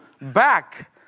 back